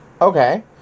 Okay